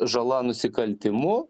žala nusikaltimu